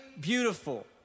beautiful